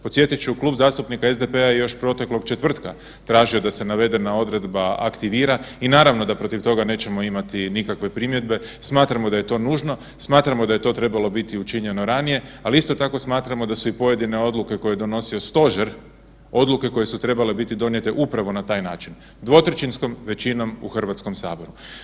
Podsjetit ću, Klub zastupnika SDP-a još je proteklog četvrtka tražio da se navedena odredba aktivira i naravno da protiv toga nećemo imati nikakve primjedbe, smatramo da je to nužno, smatramo da je to trebalo biti učinjeno ranije, ali isto tako smatramo da su pojedine odluke koje je donosio stožer, odluke koje su trebale biti donijete upravo na taj način dvotrećinskom većinom u Hrvatskom saboru.